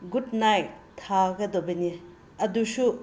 good night ꯊꯥꯒꯗꯕꯅꯦ ꯑꯗꯨꯁꯨ